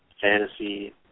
fantasy